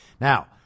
Now